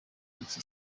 mike